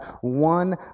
one